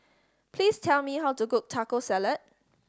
please tell me how to cook Taco Salad